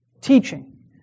teaching